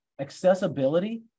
accessibility